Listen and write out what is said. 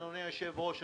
אדוני היושב-ראש,